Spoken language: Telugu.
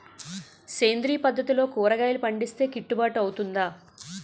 సేంద్రీయ పద్దతిలో కూరగాయలు పండిస్తే కిట్టుబాటు అవుతుందా?